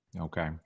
Okay